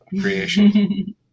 creation